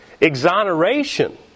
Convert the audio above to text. Exoneration